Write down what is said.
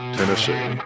Tennessee